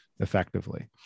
effectively